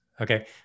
Okay